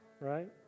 right